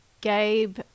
Gabe